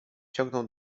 ciągnął